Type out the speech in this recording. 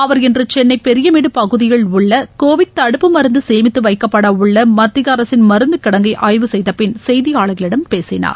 அவர் இன்று சென்னை பெரியமேடு பகுதியில் உள்ள கோவிட் தடுப்பு மருந்து சேமித்து வைக்கப்பட உள்ள மத்திய அரசின் மருந்து கிடங்கை ஆய்வு செய்த பின் செய்தியாளர்களிடம் பேசினார்